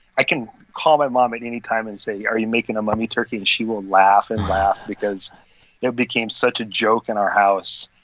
i can call my mom at any time and say, are you making a mummy turkey? and she will laugh and laugh because it became such a joke in our house,